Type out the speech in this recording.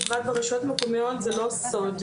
ובפרט ברשויות המקומיות זה לא סוד.